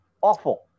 Awful